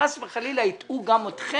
שחס וחלילה הטעו גם אתכם,